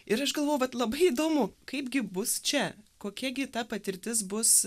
ir aš galvojau vat labai įdomu kaipgi bus čia kokia gi ta patirtis bus